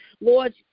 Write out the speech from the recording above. Lord